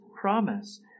promise